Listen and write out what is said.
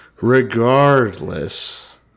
Regardless